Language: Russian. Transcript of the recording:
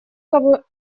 кого